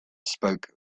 spoke